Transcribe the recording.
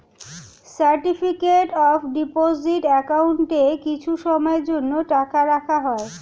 certificate of deposit অ্যাকাউন্টে কিছু সময়ের জন্য টাকা রাখা হয়